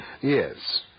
Yes